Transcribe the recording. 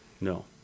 No